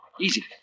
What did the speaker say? Easy